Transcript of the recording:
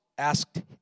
Asked